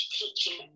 teaching